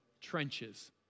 trenches